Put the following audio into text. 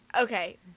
Okay